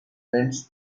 events